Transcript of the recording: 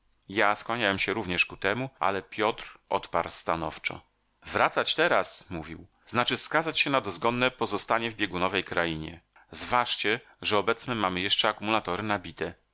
ja skłaniałem się również ku temu ale piotr oparł się stanowczo wracać teraz mówił znaczy skazać się na dozgonne pozostanie w biegunowej krainie zważcie że obecnie mamy jeszcze akumulatory nabite